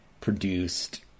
produced